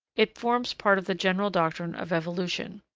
it forms part of the general doctrine of evolution.